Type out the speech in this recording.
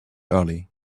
early